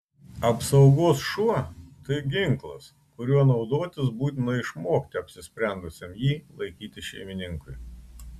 apsaugos šuo tai ginklas kuriuo naudotis būtina išmokti apsisprendusiam jį laikyti šeimininkui